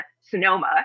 Sonoma